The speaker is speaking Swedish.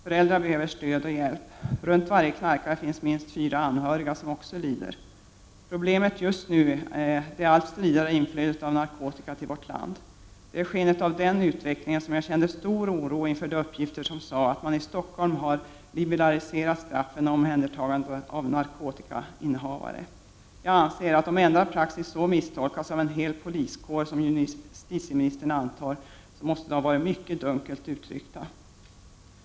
Föräldrar behöver stöd och hjälp. Runt varje knarkare finns det minst fyra anhöriga som också lider. Problemet just nu är det allt stridare inflödet av narkotika till vårt land. Det är i skenet av den utvecklingen som jag har känt stor oro när det gäller uppgifterna om att man i Stockholm har liberaliserat straffen och omhändertagandet av narkotikainnehavare. Jag anser att om ändrad praxis misstolkas så av en hel poliskår som justitieministern antar, måste man ha uttryckt sig mycket dunkelt.